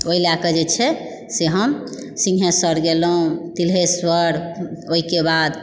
ओहि लए कए जे छै हम सिंघेश्वर गेलहुॅं तिल्हेश्वर ओहिके बाद